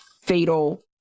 fatal